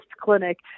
clinic